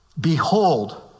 Behold